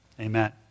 Amen